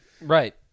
right